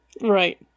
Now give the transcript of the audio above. Right